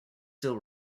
still